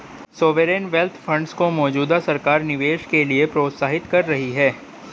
sovereign wealth funds को मौजूदा सरकार निवेश के लिए प्रोत्साहित कर रही है